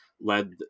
led